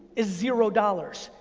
is zero dollars.